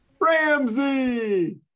Ramsey